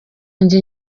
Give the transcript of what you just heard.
njye